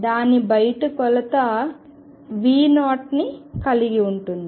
దాని బయట కొంత V0 ని కలిగిఉంటుంది